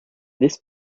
this